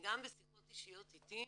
גם בשיחות אישיות איתי,